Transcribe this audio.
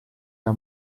era